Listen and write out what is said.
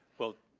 well,